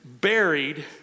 buried